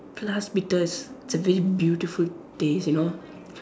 plus bitter it's it's a very beautiful taste you know